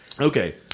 Okay